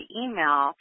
email